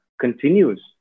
continues